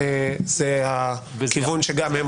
שזה הכיוון שגם הם הולכים אליו.